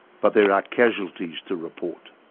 but there are casualties to report.